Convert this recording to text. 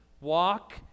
walk